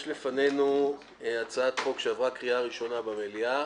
יש לפנינו הצעת חוק שעברה קריאה ראשונה במליאה,